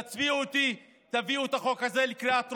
תצביעו איתי ותביאו את החוק הזה בקריאה טרומית.